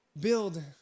build